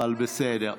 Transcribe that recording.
אבל בסדר.